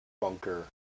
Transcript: bunker